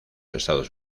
estados